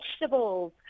vegetables